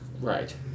Right